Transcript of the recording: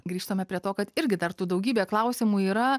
grįžtame prie to kad irgi dar tų daugybė klausimų yra